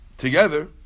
together